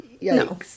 No